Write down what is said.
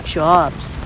jobs